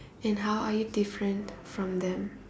and how are you different from them